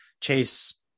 Chase